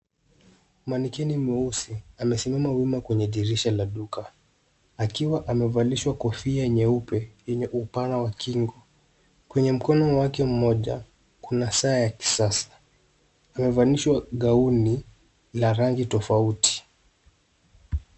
Manikeni mweusi, amesimama wima kwenye dirisha la duka, akiwa amevalishwa kofia nyeupe, yenye upana wa kingo, kwenye mkono wake mmoja, kuna saa ya kisasa, amevanishwa gaoni la rangi tofauti.